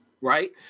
Right